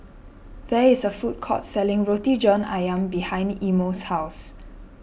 there is a food court selling Roti John Ayam behind Imo's house